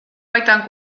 baitan